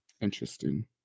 Interesting